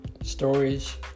Stories